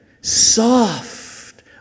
soft